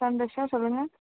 சந்தோஷம் சொல்லுங்கள்